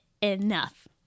enough